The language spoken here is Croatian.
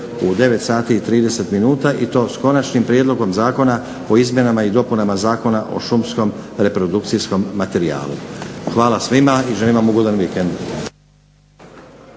u 9,30 i to s Konačnim prijedlogom zakona o izmjenama i dopunama Zakona o šumskom reprodukcijskom materijalu. Hvala svima i želim vam ugodan vikend.